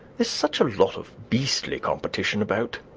there's such a lot of beastly competition about.